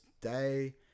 day